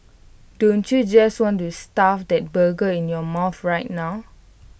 don't you just want to stuff that burger in your mouth right now